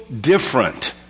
different